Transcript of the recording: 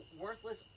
worthless